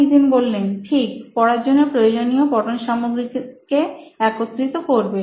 নিতিন ঠিকপড়ার জন্য প্রয়োজনীয় পঠন সামগ্রী কে একত্রিত করবে